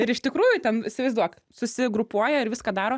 ir iš tikrųjų ten įsivaizduok susigrupuoja ir viską daro